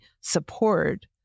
support